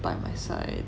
by my side